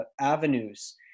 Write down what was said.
avenues